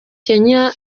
kenya